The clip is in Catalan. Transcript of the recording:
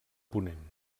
ponent